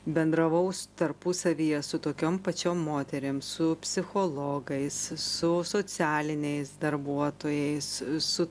bendravau tarpusavyje su tokiom pačiom moterim su psichologais su socialiniais darbuotojais su